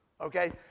Okay